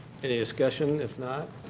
any discussion? if not,